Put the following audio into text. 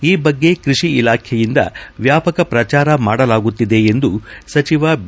ಈ ಬಗ್ಗೆ ಕೃಷಿ ಇಲಾಖೆಯಿಂದ ವ್ಯಾಪಕ ಪ್ರಚಾರ ಮಾಡಲಾಗುತ್ತಿದೆ ಎಂದು ಸಚಿವ ಬಿ